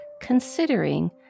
considering